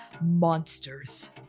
Monsters